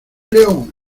león